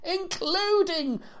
including